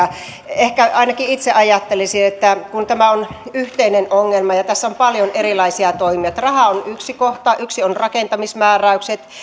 ehkä ainakin itse ajattelisin että kun tämä on yhteinen ongelma ja tässä on paljon erilaisia toimijoita raha on yksi kohta yksi on rakentamismääräykset